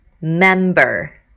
member